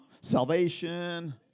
Salvation